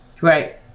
Right